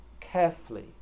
carefully